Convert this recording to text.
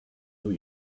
new